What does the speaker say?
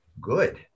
Good